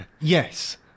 Yes